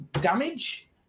damage